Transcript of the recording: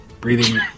breathing